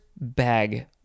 bag